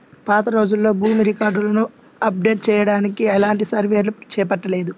పాతరోజుల్లో భూమి రికార్డులను అప్డేట్ చెయ్యడానికి ఎలాంటి సర్వేలు చేపట్టలేదు